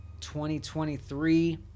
2023